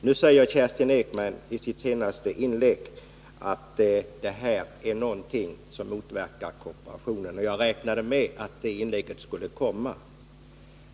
Nu säger Kerstin Ekman i sitt senaste inlägg att det här är någonting som motverkar kooperationen, och jag räknade med att det yttrandet skulle komma.